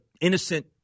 innocent